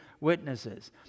witnesses